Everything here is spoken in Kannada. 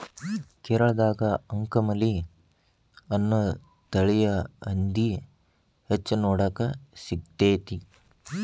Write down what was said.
ಕೇರಳದಾಗ ಅಂಕಮಲಿ ಅನ್ನೋ ತಳಿಯ ಹಂದಿ ಹೆಚ್ಚ ನೋಡಾಕ ಸಿಗ್ತೇತಿ